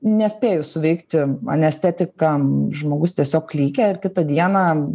nespėjus suveikti anestetikam žmogus tiesiog klykia ir kitą dieną